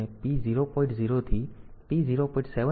0 થી P0